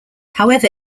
however